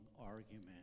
argument